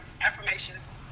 affirmations